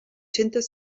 centes